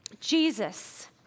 Jesus